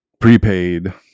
Prepaid